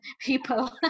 people